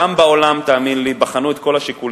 גם בעולם, תאמין לי, בחנו את כל השיקולים.